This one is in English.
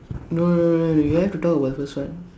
no no no you have to talk about the first one